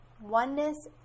Oneness